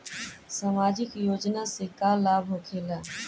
समाजिक योजना से का लाभ होखेला?